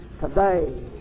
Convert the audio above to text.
Today